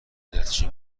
نتیجه